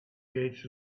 gates